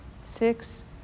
six